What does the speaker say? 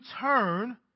turn